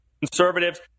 conservatives